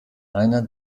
einer